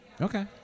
Okay